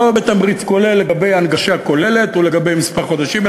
לא בתמריץ כולל לגבי הנגשה כוללת או לגבי כמה חודשים,